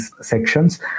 sections